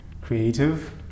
creative